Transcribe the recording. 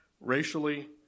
racially